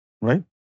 Right